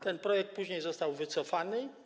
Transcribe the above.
Ten projekt później został wycofany.